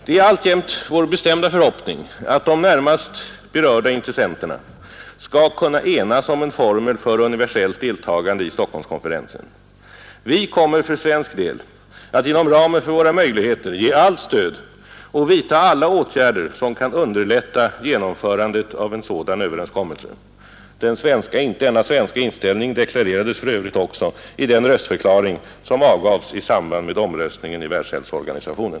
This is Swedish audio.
Det är alltjämt vår bestämda förhoppning att de närmast berörda intressenterna skall kunna enas om en formel för universellt deltagande i Stockholmskonferensen. Vi kommer för svensk del att inom ramen för våra möjligheter ge allt stöd och vidtaga alla åtgärder som kan underlätta genomförandet av en sådan överenskommelse. Denna svenska inställning deklarerades för övrigt också i den röstförklaring som avgavs i samband med omröstningen i Världshälsoorganisationen.